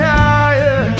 higher